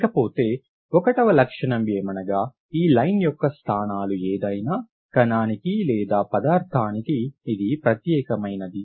ఇకపోతే ఒకటోవ లక్షణము ఏమనగా ఈ లైన్ యొక్క స్థానాలు ఏదైనా కణానికిపదార్ధానికి ఇది ప్రత్యేకమైనది